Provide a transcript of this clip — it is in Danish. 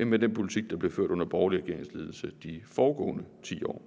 end med den politik, der blev ført under borgerlig regeringsledelse de foregående 10 år.